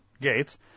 Gates